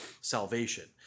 salvation